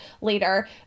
later